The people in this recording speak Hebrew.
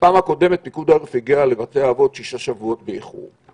בפעם הקודמת פיקוד העורף הגיע לבתי אבות שישה שבועות באיחור,